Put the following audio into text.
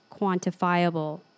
quantifiable